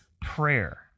prayer